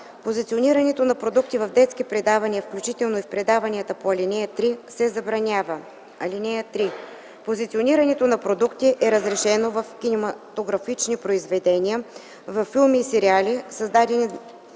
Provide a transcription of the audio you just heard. Позиционирането на продукти в детски предавания, включително в предавания по ал. 3, се забранява. (3) Позиционирането на продукти е разрешено в кинематографични произведения, във филми и сериали, създадени